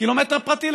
קילומטר פרטי,